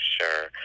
sure